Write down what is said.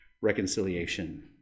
reconciliation